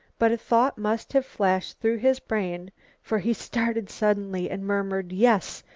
but a thought must have flashed through his brain for he started suddenly and murmured, yes,